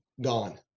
gone